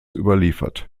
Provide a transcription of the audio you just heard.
überliefert